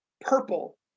purple